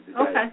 okay